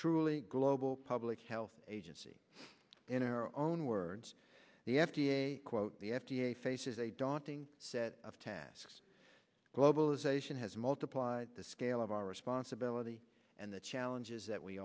truly global public health agency in her own words the f d a quote the f d a faces a daunting set of tasks globalization has multiplied the scale of our responsibility and the challenges that we